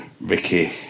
Ricky